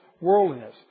worldliness